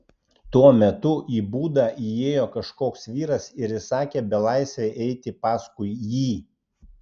tuo metu į būdą įėjo kažkoks vyras ir įsakė belaisvei eiti paskui jį